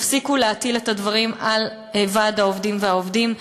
תפסיקו להטיל את הדברים על ועד העובדים והעובדים.